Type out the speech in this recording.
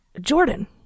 Jordan